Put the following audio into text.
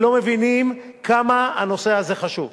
ולא מבינים כמה הנושא הזה חשוב.